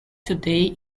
today